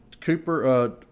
Cooper –